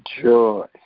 joy